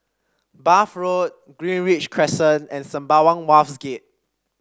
Bath Road Greenridge Crescent and Sembawang Wharves Gate